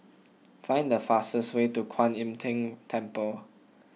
find the fastest way to Kwan Im Tng Temple